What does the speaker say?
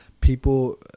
people